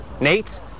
Nate